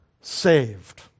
saved